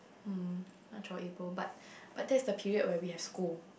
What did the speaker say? mm March or April but but that's the period where we have school